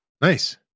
Nice